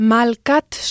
Malkat